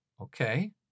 okay